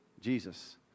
Jesus